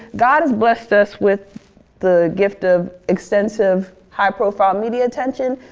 god has blessed us with the gift of extensive high profile media attention.